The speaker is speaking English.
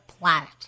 planet